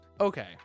Okay